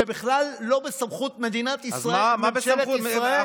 זה בכלל לא בסמכות מדינת ישראל או ממשלת ישראל,